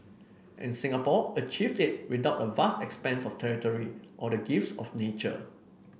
and Singapore achieved it without a vast expanse of territory or the gifts of nature